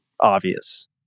obvious